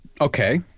okay